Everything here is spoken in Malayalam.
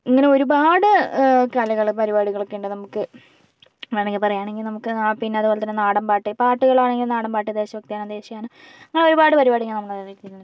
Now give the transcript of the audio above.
ഇങ്ങനെ ഒരുപാട് കലകൾ പരിപാടികളൊക്കെയുണ്ട് നമുക്ക് വേണമെങ്കിൽ പറയാണെങ്കിൽ നമുക്ക് പിന്നെ അതുപോലെത്തന്നെ നാടൻ പാട്ട് പാട്ടുകളൊക്കെ ആണെങ്കിൽ നാടൻപാട്ട് ദേശഭക്തിഗാനം ദേശീയഗാനം അങ്ങനെ ഒരുപാട് പരിപാടികൾ നമ്മളുടെ ചുറ്റിനും ഉണ്ട്